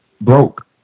broke